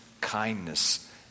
kindness